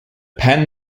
pen